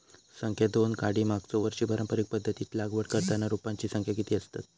संख्या दोन काडी मागचो वर्षी पारंपरिक पध्दतीत लागवड करताना रोपांची संख्या किती आसतत?